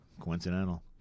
Coincidental